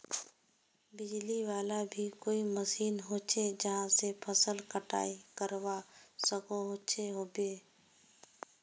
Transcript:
बिजली वाला भी कोई मशीन होचे जहा से फसल कटाई करवा सकोहो होबे?